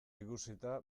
ikusita